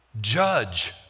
judge